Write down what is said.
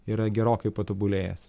yra gerokai patobulėjęs